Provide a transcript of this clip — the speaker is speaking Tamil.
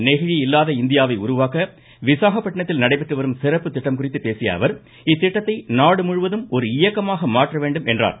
நெகிழி இல்லாத இந்தியாவை உருவாக்க விசாகப்பட்டினத்தில் நடைபெற்று வரும் சிறப்பு திட்டம் குறித்து பேசிய அவர் இத்திட்டத்தை நாடு முழுவதும் ஒரு இயக்கமாக மாற்ற வேண்டும் என்றார்